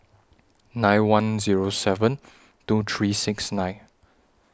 nine one Zero seven two three six nine